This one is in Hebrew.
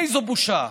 איזו בושה.